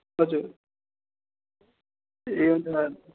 हजुर